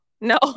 No